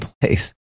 place